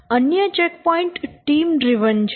અન્ય checkpoint time driven છે